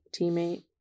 teammate